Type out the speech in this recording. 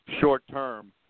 short-term